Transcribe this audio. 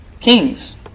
kings